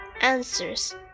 Answers